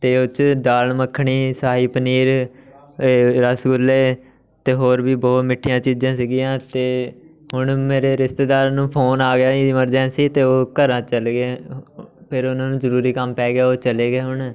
ਅਤੇ ਉਹ 'ਚ ਦਾਲ ਮੱਖਣੀ ਸ਼ਾਹੀ ਪਨੀਰ ਰਸਗੁੱਲੇ 'ਤੇ ਹੋਰ ਵੀ ਬਹੁਤ ਮਿੱਠੀਆਂ ਚੀਜ਼ਾਂ ਸੀਗੀਆਂ ਅਤੇ ਹੁਣ ਮੇਰੇ ਰਿਸ਼ਤੇਦਾਰਾਂ ਨੂੰ ਫੋਨ ਆ ਗਿਆ ਐਮਰਜੈਂਸੀ 'ਤੇ ਉਹ ਘਰਾਂ ਚਲ ਗਏ ਫਿਰ ਉਹਨਾਂ ਨੂੰ ਜ਼ਰੂਰੀ ਕੰਮ ਪੈ ਗਿਆ ਉਹ ਚਲੇ ਗਏ ਹੁਣ